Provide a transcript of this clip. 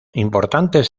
importantes